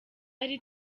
ari